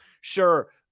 Sure